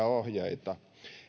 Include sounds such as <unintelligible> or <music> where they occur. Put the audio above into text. <unintelligible> ohjeita